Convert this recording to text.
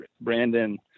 Brandon